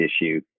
issue